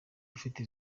ufite